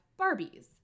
Barbies